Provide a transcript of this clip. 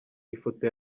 ifoto